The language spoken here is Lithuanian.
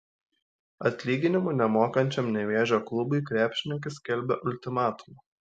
atlyginimų nemokančiam nevėžio klubui krepšininkai skelbia ultimatumą